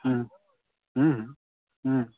हुँ हुँ हुँ